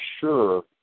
sure